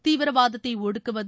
தீவிரவாதத்தை ஒடுக்குவது